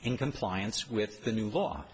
in compliance with the new law